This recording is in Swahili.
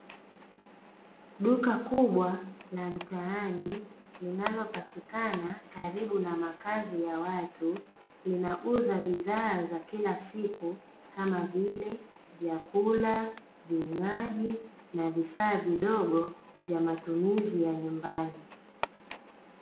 Duka kubwa la mtaani linalopatikana karibu na makazi ya watu, linauza bidhaa za kila siku kama vile vyakula, vinywaji, na vifaa vidogo vya matumizi ya nyumbani.